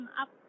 up